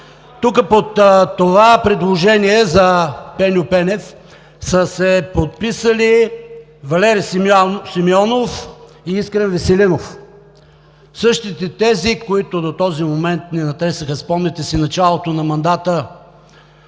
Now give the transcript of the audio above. Тук, под това предложение за Пеньо Пенев са се подписали Валери Симеонов и Искрен Веселинов. Същите тези, които до този момент ни натресоха – спомняте си, началото на мандата